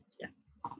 yes